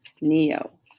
Neo